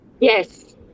Yes